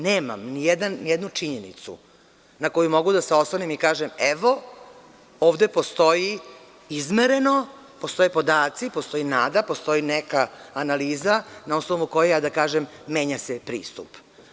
Nemam ni jednu činjenicu na koju mogu da se oslonim i kažem, evo ovde postoji izmereno, postoje podaci, postoji nada, postoji neka analiza na osnovu koje se menja pristup.